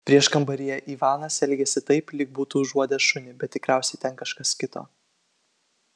prieškambaryje ivanas elgėsi taip lyg būtų užuodęs šunį bet tikriausiai ten kažkas kito